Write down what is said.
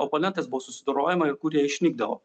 oponentais buvo susidorojama ir kur jie išnykdavo